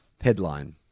Headline